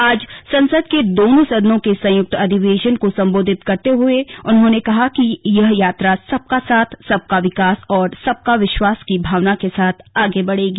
आज संसद के दोनों सदनों के संयुक्त अधिवेशन को संबोधित करते हुए उन्होंने कहा कि यह यात्रा सबका साथ सबका विकास और सबका विश्वास की भावना के साथ आगे बढ़ेगी